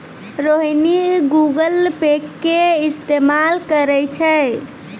Rohini Google Pay के इस्तेमाल करै छै